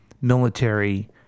military